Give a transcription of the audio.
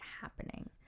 happening